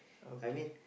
okay